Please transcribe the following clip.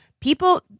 people